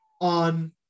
on